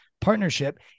partnership